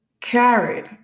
carried